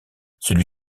celui